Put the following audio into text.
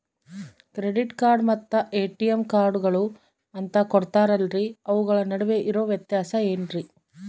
Credit card ಮತ್ತ ATM ಕಾರ್ಡುಗಳು ಅಂತಾ ಕೊಡುತ್ತಾರಲ್ರಿ ಅವುಗಳ ನಡುವೆ ಇರೋ ವ್ಯತ್ಯಾಸ ಏನ್ರಿ?